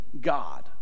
God